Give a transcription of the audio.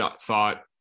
thought